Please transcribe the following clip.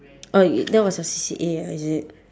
oh y~ that was your C_C_A ah is it